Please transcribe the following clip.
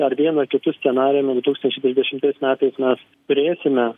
ar vienu ar kitu scenarijumi du tūkstančiai trisdešimtais metais mes turėsime